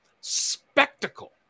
spectacle